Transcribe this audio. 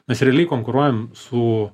nes realiai konkuruojam su